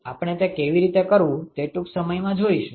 આપણે તે કેવી રીતે કરવું તે ટૂંક સમયમાં જોઈશું